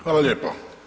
Hvala lijepo.